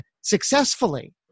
successfully